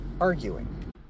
arguing